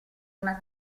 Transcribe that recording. una